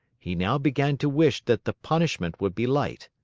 he now began to wish that the punishment would be light.